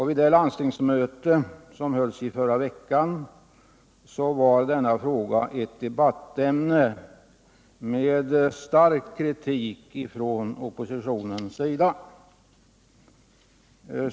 Vid det landstingsmöte som hölls i förra veckan var denna fråga ett debattämne med stark kritik från oppositionens sida.